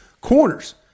corners